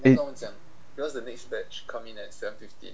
eh